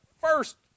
first